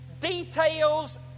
details